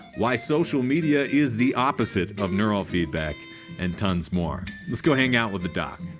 why social media is the opposite of neurofeedback and tons more. let's go hang out with the doc.